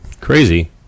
Crazy